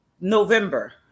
November